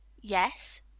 Yes